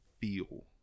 feel